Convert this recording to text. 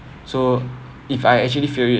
so if I actually fail it